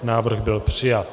Návrh byl přijat.